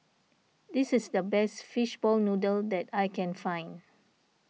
this is the best Fishball Noodle that I can find